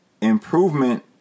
Improvement